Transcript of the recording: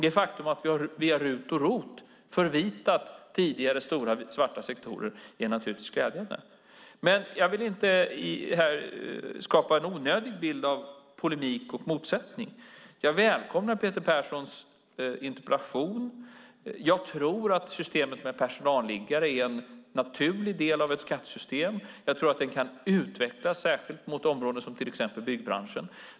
Det faktum att vi har RUT och ROT, att vi har förvitat tidigare stora svarta sektorer, är naturligtvis glädjande. Jag vill inte här skapa en onödig bild av polemik och motsättning. Jag välkomnar Peter Perssons interpellation. Jag tror att systemet med personalliggare är en naturlig del av ett skattesystem. Jag tror att det kan utvecklas särskilt för områden som till exempel byggbranschen.